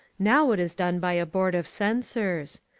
now it is done by a board of censors.